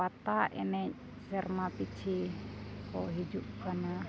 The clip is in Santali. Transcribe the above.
ᱯᱟᱛᱟ ᱮᱱᱮᱡ ᱥᱮᱨᱢᱟ ᱯᱤᱪᱷᱤ ᱠᱚ ᱦᱤᱡᱩᱜ ᱠᱟᱱᱟ